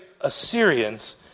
Assyrians